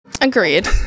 Agreed